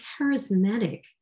charismatic